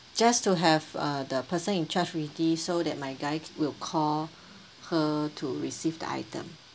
just to have uh the person in charge ready so that my guy will call her to receive the item